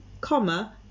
comma